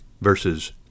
Verses